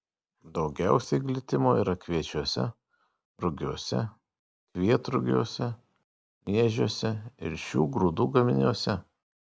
daugiausiai glitimo yra kviečiuose rugiuose kvietrugiuose miežiuose ir šių grūdų gaminiuose